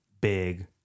big